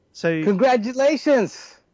Congratulations